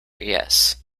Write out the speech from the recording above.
yes